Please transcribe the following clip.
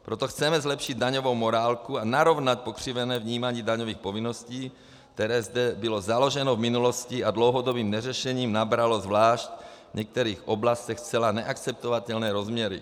Proto chceme zlepšit daňovou morálku a narovnat pokřivené vnímání daňových povinností, které zde bylo založeno v minulosti a dlouhodobým neřešením nabralo zvlášť v některých oblastech zcela neakceptovatelné rozměry.